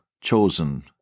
chosen